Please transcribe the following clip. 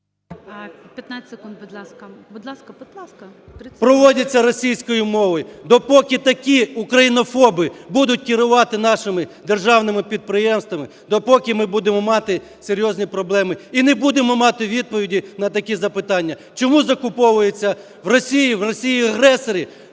…проводяться російською мовою. Допоки такі українофоби будуть керувати нашими державними підприємствами, допоки ми будемо мати серйозні проблеми і не будемо мати відповіді на такі запитання, чомузакуповується в Росії, в Росії-агресора